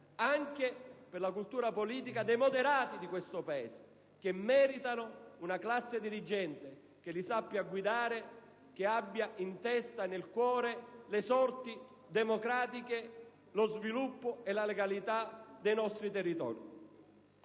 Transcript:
nonché per la cultura politica dei moderati di questo Paese, che meritano una classe dirigente che li sappia guidare e che abbia in testa e nel cuore le sorti democratiche, lo sviluppo e la legalità dei nostri territori.